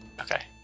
Okay